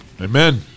Amen